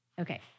Okay